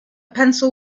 pencil